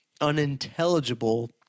unintelligible